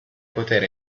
poter